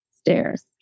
stairs